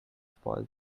spoil